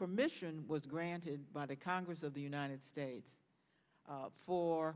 permission was granted by the congress of the united states for